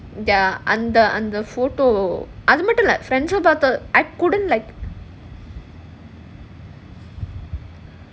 ya and the and the photo அது மட்டுமில்ல:adhu mattumilla friends um பார்த்தாங்க:paarthaanga I couldn't like